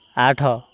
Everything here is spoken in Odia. ଆଠ